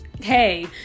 hey